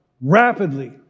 rapidly